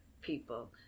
people